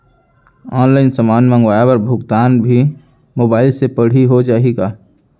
Online समान मंगवाय बर भुगतान भी मोबाइल से पड़ही हो जाही का?